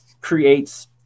creates